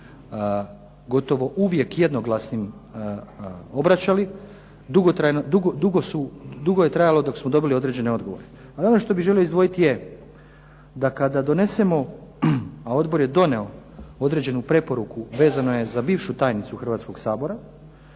gotovo uvijek jednoglasnim obraćali, dugo je trajalo dok smo dobili određene odgovore. Ono što bih želio izdvojiti je da kada donesemo, a odbor je donio određenu preporuku, vezano je za bivšu tajnicu Hrvatskog sabora,